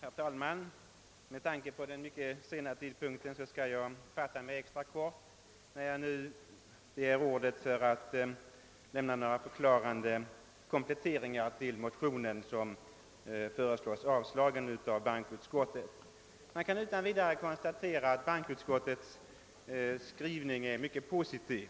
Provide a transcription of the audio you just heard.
Herr talman! Med tanke på den myc ket sena tidpunkten skall jag fatta mig kort när jag nu begär ordet för att lämna några förklarande kompletteringar till den motion som avstyrkts av bankoutskottet. Man kan utan vidare konstatera att bankoutskottets skrivning är mycket positiv.